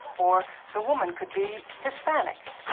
or the woman could be hispanic.